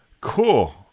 cool